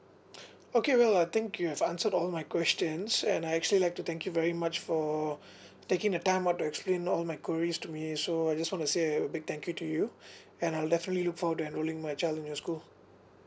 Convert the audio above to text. okay well I think you have answered all my questions and I actually like to thank you very much for taking the time out to explain all my queries to me so I just want to say a big thank you to you and I'll definitely look forward to enrolling my child in your school